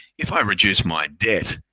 if i reduce my debt,